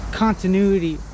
continuity